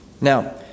Now